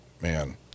Man